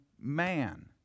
man